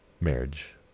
marriage